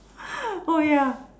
oh ya